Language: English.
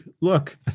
look